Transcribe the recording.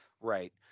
Right